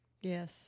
Yes